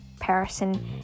person